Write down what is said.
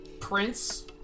Prince